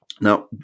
Now